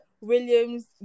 Williams